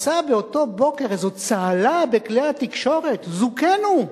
התפרצה באותו בוקר איזו צהלה בכלי התקשורת: זוכינו.